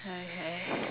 okay